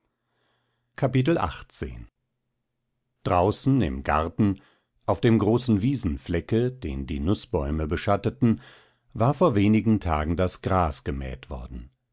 draußen im garten auf dem großen wiesenflecke den die nußbäume beschatteten war vor wenigen tagen das gras gemäht worden